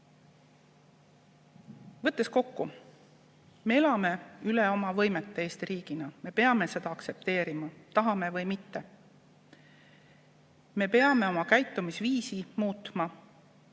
Võttes kokku, me elame üle oma võimete Eesti riigina. Me peame seda aktsepteerima, tahame või mitte. Me peame oma käitumisviisi muutma.